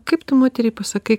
kaip tu moteriai pasakai